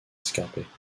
escarpées